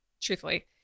truthfully